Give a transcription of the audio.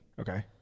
Okay